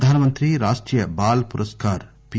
Pradhan Mantri Rashtriya Bal Puraskar P